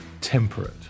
temperate